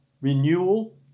renewal